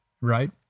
right